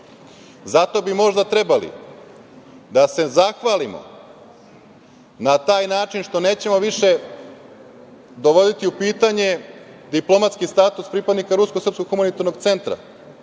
Zato bi, možda, trebali da se zahvalimo na taj način što nećemo više dovoditi u pitanju diplomatski status pripadnika rusko – srpskog humanitarnog centra.